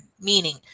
meaning